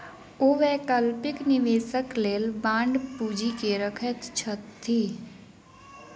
ओ वैकल्पिक निवेशक लेल बांड पूंजी के रखैत छथि